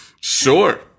Sure